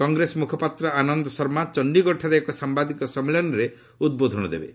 କଂଗ୍ରେସ ମୁଖପାତ୍ର ଆନନ୍ଦ ଶର୍ମା ଚଣ୍ଡୀଗଡ଼ଠାରେ ଏକ ସାମ୍ବାଦିକ ସମ୍ମିଳନୀରେ ଉଦ୍ବୋଧନ ଦେବେ